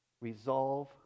resolve